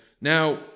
Now